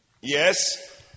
Yes